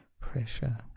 pressure